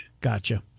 Gotcha